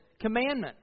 commandment